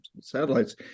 satellites